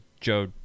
Joe